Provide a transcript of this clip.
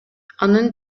анын